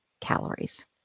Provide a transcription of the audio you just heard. calories